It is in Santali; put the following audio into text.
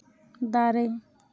ᱫᱟᱨᱮ